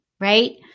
right